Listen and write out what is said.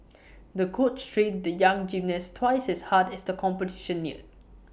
the coach trained the young gymnast twice as hard as the competition neared